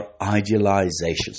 idealizations